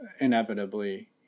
inevitably